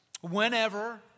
whenever